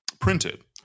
printed